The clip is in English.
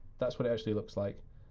that's what it actually looks like.